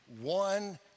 One